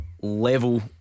level